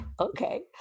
Okay